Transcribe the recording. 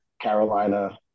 Carolina